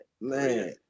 Man